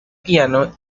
piano